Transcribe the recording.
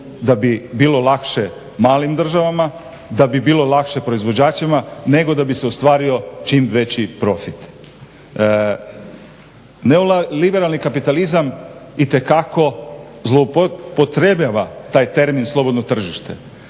da bi bilo lakše malim državama, da bi bilo lakše proizvođačima, nego da bi se ostvario čim veći profit. Neoliberalni kapitalizam itekako zloupotrebljava taj termin slobodno tržište.